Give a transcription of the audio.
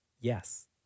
Yes